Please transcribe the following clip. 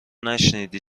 نشنیدی